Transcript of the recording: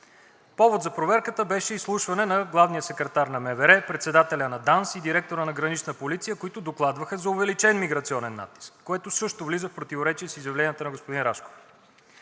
Повод за проверката беше изслушване на главния секретар на МВР, председателя на ДАНС и директора на Гранична полиция, които докладваха за увеличен миграционен натиск, което също влиза в противоречие с изявленията на господин Рашков.